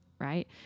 right